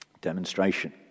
Demonstration